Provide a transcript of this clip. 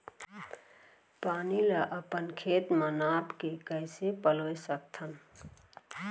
पानी ला अपन खेत म नाप के कइसे पलोय सकथन?